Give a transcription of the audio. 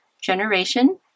generation